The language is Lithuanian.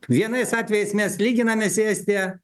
vienais atvejais mes lyginamės į estiją